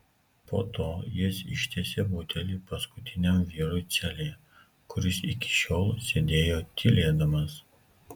po to jis ištiesė butelį paskutiniam vyrui celėje kuris iki šiol sėdėjo tylėdamas